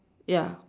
ya